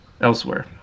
elsewhere